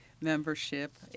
membership